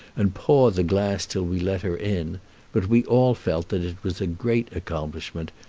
and paw the glass till we let her in but we all felt that it was a great accomplishment,